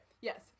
Yes